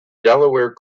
delaware